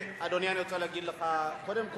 אדוני, אני רוצה להגיד לך, קודם כול,